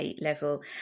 level